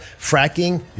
fracking